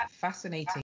fascinating